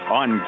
on